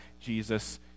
Jesus